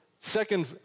second